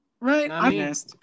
Right